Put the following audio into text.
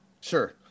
Sure